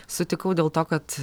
sutikau dėl to kad